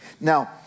Now